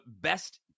best